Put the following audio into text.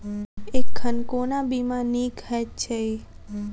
एखन कोना बीमा नीक हएत छै?